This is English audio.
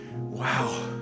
Wow